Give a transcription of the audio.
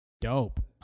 Dope